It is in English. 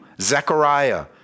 Zechariah